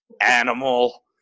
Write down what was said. animal